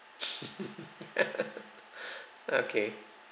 okay